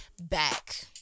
back